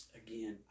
again